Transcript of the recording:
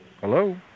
Hello